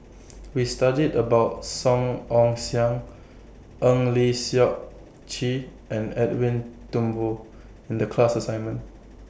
We studied about Song Ong Siang Eng Lee Seok Chee and Edwin Thumboo in The class assignment